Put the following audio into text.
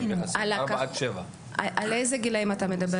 יחסית מאשכולות 7-4. על איזה גילאים אתה מדבר?